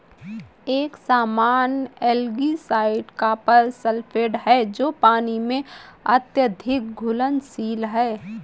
एक सामान्य algicide copper sulphate है जो पानी में अत्यधिक घुलनशील है